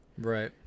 Right